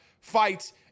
fights